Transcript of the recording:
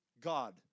God